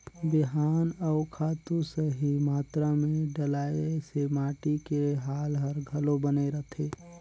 बिहान अउ खातू सही मातरा मे डलाए से माटी के हाल हर घलो बने रहथे